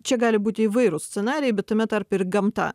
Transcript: čia gali būti įvairūs scenarijai bet tame tarpe ir gamta